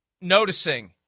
noticing